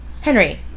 Henry